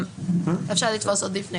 אפשר לתפוס עוד לפני